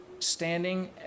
standing